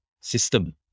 system